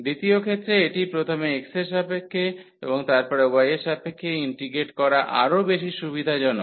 দ্বিতীয় ক্ষেত্রে এটি প্রথমে x এর সাপেক্ষে এবং তারপরে y এর সাপেক্ষে ইন্টিগ্রেট করা আরও বেশি সুবিধাজনক